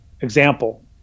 example